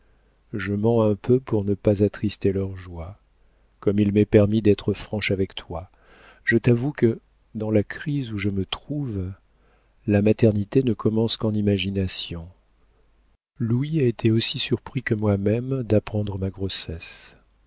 je mens un peu pour ne pas attrister leur joie comme il m'est permis d'être franche avec toi je t'avoue que dans la crise où je me trouve la maternité ne commence qu'en imagination louis a été aussi surpris que moi-même d'apprendre ma grossesse